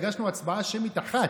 הגשנו הצבעה שמית אחת,